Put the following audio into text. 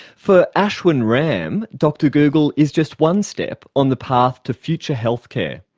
for ashwin ram, dr google is just one step on the path to future healthcare.